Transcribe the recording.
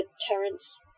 Terence